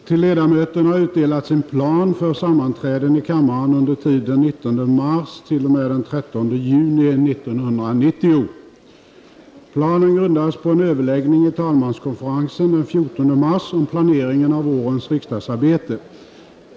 Till ledamöterna har utdelats en plan för sammanträden i kammaren under tiden den 19 mars — den 13 juni 1990. Planen grundas på en överläggning i talmanskonferensen den 14 mars om planeringen av vårens riksdagsarbete.